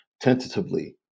tentatively